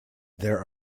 there